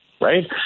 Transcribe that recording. Right